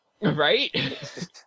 Right